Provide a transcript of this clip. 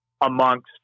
amongst